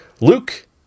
Luke